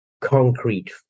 concrete